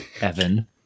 Evan